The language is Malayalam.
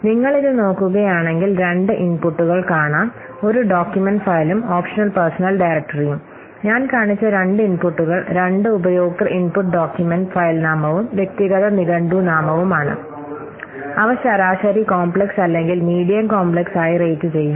നിങ്ങൾ ഇത് നോക്കുകയാണെങ്കിൽ 2 ഇൻപുട്ടുകൾ കാണാം ഒരു ഡോക്യുമെന്റ് ഫയലും ഓപ്ഷണൽ പേഴ്സണൽ ഡയറക്ടറിയും ഞാൻ കാണിച്ച രണ്ട് ഇൻപുട്ടുകൾ 2 ഉപയോക്തൃ ഇൻപുട്ട് ഡോക്യുമെൻറ് ഫയൽനാമവും വ്യക്തിഗത നിഘണ്ടു നാമവും ആണ് അവ ശരാശരി കോംപ്ലക്സ് അല്ലെങ്കിൽ മീഡിയം കോംപ്ലക്സ് ആയി റേറ്റുചെയ്യാം